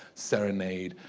serenade,